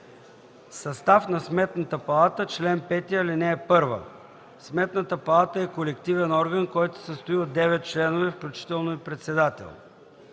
„Състав на Сметната палата Чл. 5. (1) Сметната палата е колективен орган, който се състои от 9 членове, включително председател.